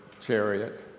Chariot